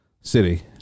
city